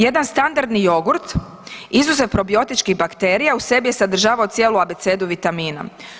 Jedan standardni jogurt izuzev probiotičkih bakterija, u sebi je sadržavao cijelu abecedu vitamina.